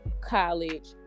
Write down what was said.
college